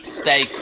stay